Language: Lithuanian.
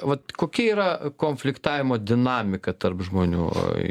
vat kokia yra konfliktavo dinamiką tarp žmonių